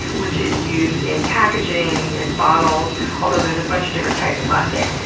which is used in packaging and bottles, although there's a bunch of different types of plastic.